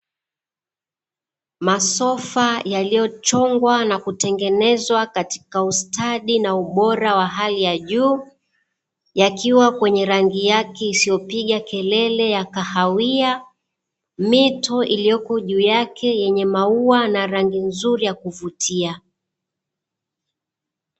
Masofa yaliyochongwa na kutengenezwa katika ustadi na ubora wa hali ya juu, yakiwa kwenye rangi yake isiyopiga kelele ya kahawia, mito iliyoko juu yake yenye maua na rangi nzuri ya kuvutia.